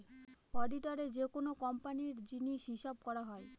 অডিটারে যেকোনো কোম্পানির হিসাব করা হয়